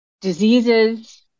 diseases